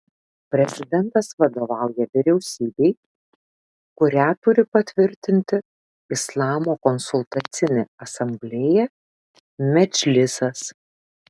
prezidentas vadovauja vyriausybei kurią turi patvirtinti islamo konsultacinė asamblėja medžlisas